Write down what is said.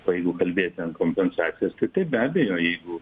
o jeigu kalbėt ten kompensacijas tai taip be abejo jeigu